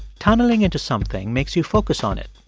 tunneling into something makes you focus on it.